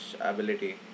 ability